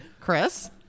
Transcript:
Chris